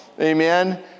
amen